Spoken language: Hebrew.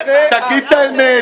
תגיד את האמת.